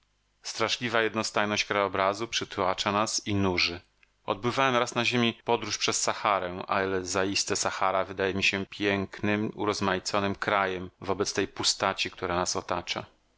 straszliwa jednostajność krajobrazu przytłacza nas i nuży odbywałem raz na ziemi podróż przez saharę ale zaiste sahara wydaje mi się pięknym urozmaiconym krajem wobec tej pustaci która nas otacza